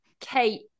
kate